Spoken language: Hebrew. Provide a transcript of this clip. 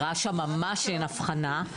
ברש"א ממש אין הבחנה,